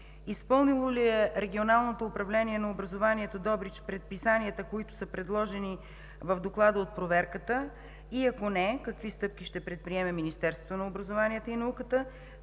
изпълнило ли е Регионалното управление на образованието – Добрич, предписанията, които са направени в доклада от проверката, и ако – не, какви стъпки ще предприеме Министерството на образованието и науката,